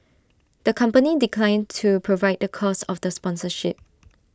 the company declined to provide the cost of the sponsorship